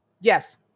Yes